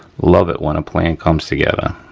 love it when a plan comes together.